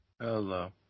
hello